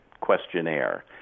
questionnaire